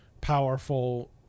powerful